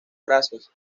brazos